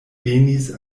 venis